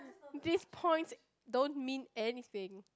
these points don't mean anything